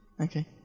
Okay